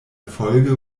folge